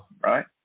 right